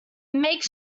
make